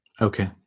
Okay